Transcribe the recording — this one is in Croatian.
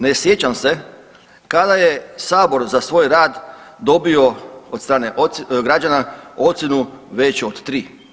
Ne sjećam se kada je sabor za svoj rad dobio od strane građana ocjenu veću od tri.